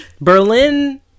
Berlin